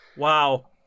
Wow